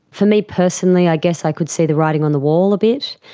for me personally i guess i could see the writing on the wall a bit.